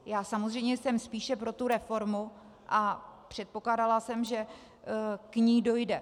Já samozřejmě jsem spíše pro tu reformu a předpokládala jsem, že k ní dojde.